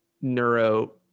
Neuro